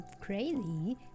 crazy